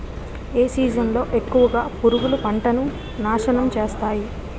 ఏ season లో ఎక్కువుగా పురుగులు పంటను నాశనం చేస్తాయి?